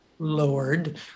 Lowered